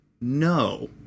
no